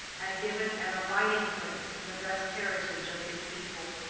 and give it an abiding-place in the best heritage of his people.